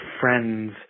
friends